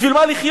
בשביל מה לחיות?